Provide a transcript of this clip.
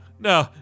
No